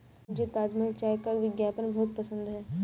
मुझे ताजमहल चाय का विज्ञापन बहुत पसंद है